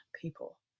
people